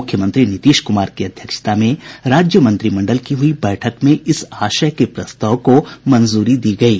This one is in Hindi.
मुख्यमंत्री नीतीश कूमार की अध्यक्षता में राज्य मंत्रिमंडल की हई बैठक में इस आशय के प्रस्ताव को मंजूरी दी गयी